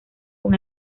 con